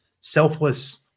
selfless